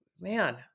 man